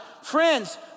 Friends